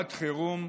לשעת חירום,